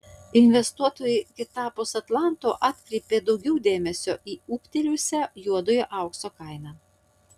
investuotojai kitapus atlanto atkreipė daugiau dėmesio į ūgtelėjusią juodojo aukso kainą